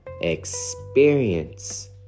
experience